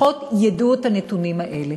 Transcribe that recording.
לפחות ידעו את הנתונים האלה.